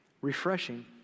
Refreshing